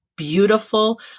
beautiful